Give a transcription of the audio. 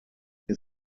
hier